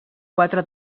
quatre